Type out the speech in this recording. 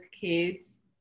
kids